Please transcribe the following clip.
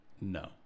No